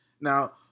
Now